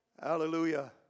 Hallelujah